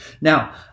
Now